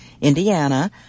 Indiana